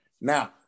Now